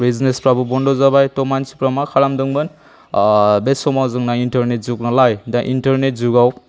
बिजिनेसफोराबो बन्द' जाबाय त' मानसिफोरा मा खालामदोंमोन बे समाव जोंना इन्टारनेट जुग नालाय दा इन्टारनेट जुगाव